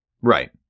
Right